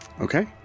Okay